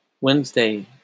Wednesday